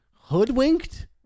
hoodwinked